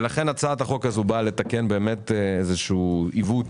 לכן, הצעת החוק הזאת באה לתקן באמת איזשהו עיוות